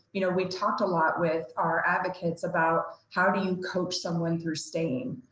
you know, we talked a lot with our advocates about how do you coach someone through staying,